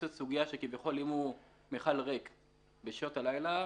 אם המכל ריק בשעות הלילה,